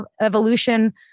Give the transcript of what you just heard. evolution